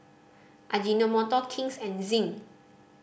Ajinomoto King's and Zinc